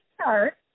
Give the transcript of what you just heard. start